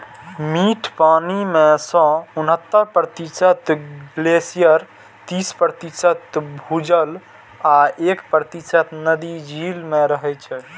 मीठ पानि मे सं उन्हतर प्रतिशत ग्लेशियर, तीस प्रतिशत भूजल आ एक प्रतिशत नदी, झील मे रहै छै